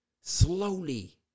slowly